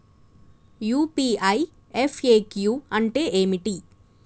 UPI FAQ అంటే ఏమిటి?